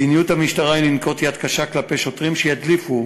מדיניות המשטרה היא לנקוט יד קשה כלפי שוטרים שידליפו,